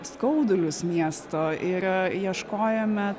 skaudulius miesto ir ieškojome